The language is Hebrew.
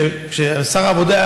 שר העבודה,